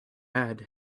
had